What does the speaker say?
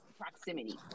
proximity